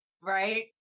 Right